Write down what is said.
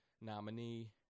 nominee